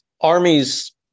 Armies